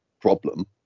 problem